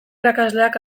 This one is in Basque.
irakasleak